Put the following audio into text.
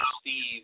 Steve